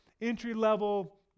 entry-level